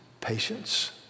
patience